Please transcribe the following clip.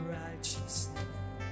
righteousness